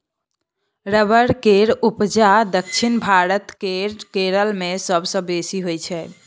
rubber केर उपजा दक्षिण भारत केर केरल मे सबसँ बेसी होइ छै